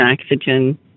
oxygen